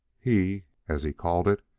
he, as he called it,